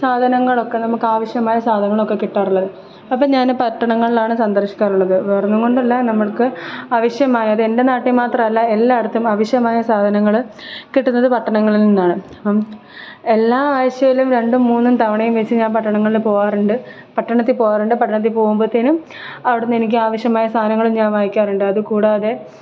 സാധനങ്ങളൊക്കെ നമുക്ക് ആവശ്യമായ സാധനങ്ങളൊക്കെ കിട്ടാറുള്ളത് അപ്പം ഞാന് പട്ടണങ്ങളിലാണ് സന്ദർശിക്കാറുള്ളത് വേറൊന്നും കൊണ്ടല്ല നമ്മൾക്ക് ആവശ്യമായ അതെൻ്റെ നാട്ടിൽ മാത്രമല്ല എല്ലായിടത്തും ആവിശ്യമായ സാധനങ്ങള് കിട്ടുന്നത് പട്ടണങ്ങളിൽ നിന്നാണ് എല്ലാ ആഴ്ചയിലും രണ്ടും മൂന്നും തവണയും വച്ച് ഞാൻ പട്ടണങ്ങളിൽ പോകാറുണ്ട് പട്ടണത്തിൽ പോകാറുണ്ട് പട്ടണത്തിൽ പോകുമ്പഴത്തേനും അവിടുന്ന് എനിക്ക് ആവശ്യമായ സാധനങ്ങളും ഞാൻ വാങ്ങിക്കാറുണ്ട് അത് കൂടാതെ